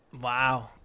Wow